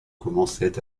commençaient